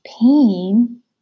pain